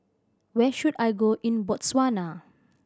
where should I go in Botswana